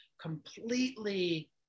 completely